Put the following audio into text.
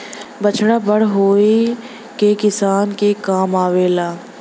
बछड़ा बड़ होई के किसान के काम आवेला